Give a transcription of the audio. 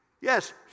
Yes